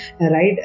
right